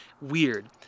weird